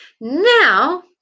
Now